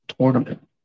tournament